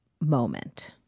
moment